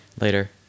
later